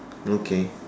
okay